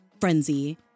frenzy